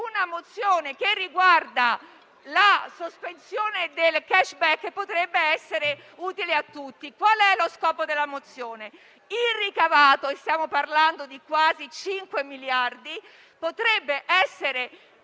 una mozione che riguarda la sospensione del *cashback* potrebbe essere utile a tutti in quest'ottica. Qual è lo scopo della mozione? Il ricavato - stiamo parlando di quasi 5 miliardi di euro - potrebbe essere